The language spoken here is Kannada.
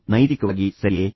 ನೀವು ನೈತಿಕವಾಗಿ ಸರಿಯೇ